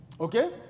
Okay